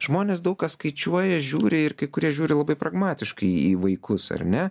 žmonės daug ką skaičiuoja žiūri ir kai kurie žiūri labai pragmatiškai į vaikus ar ne